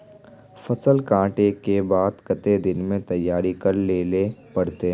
फसल कांटे के बाद कते दिन में तैयारी कर लेले पड़ते?